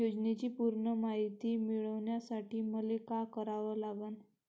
योजनेची पूर्ण मायती मिळवासाठी मले का करावं लागन?